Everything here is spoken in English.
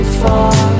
far